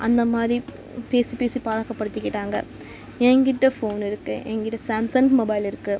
அந்த மாதிரி பேசி பேசி பழக்கப் படுத்திக்கிட்டாங்க என்கிட்ட ஃபோனு இருக்குது என்கிட்ட சாம்சங் மொபைல் இருக்குது